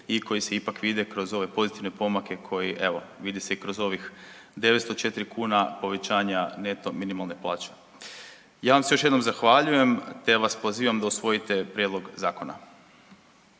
i koji se ipak vide kroz ove pozitivne pomake koji evo, vidi se i kroz ovih 904 kuna povećanja neto minimalne plaće. Ja vam se još jednom zahvaljujem te vas pozivam da usvojite prijedlog zakona.